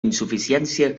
insuficiència